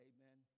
Amen